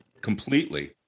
Completely